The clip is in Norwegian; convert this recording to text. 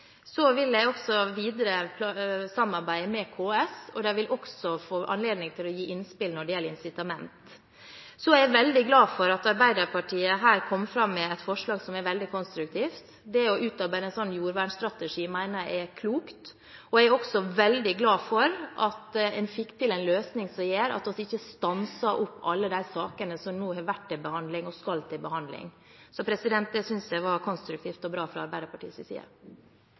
jeg også videre samarbeide med KS, og de vil også få anledning til å gi innspill når det gjelder incitamenter. Så er jeg veldig glad for at Arbeiderpartiet her kom fram med et forslag som er veldig konstruktivt. Det å utarbeide en slik jordvernstrategi mener jeg er klokt, og jeg er også veldig glad for at en fikk til en løsning som gjør at en ikke stanser opp alle de sakene som nå har vært til behandling, og skal til behandling. Så det synes jeg var konstruktivt og bra fra Arbeiderpartiets side.